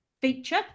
feature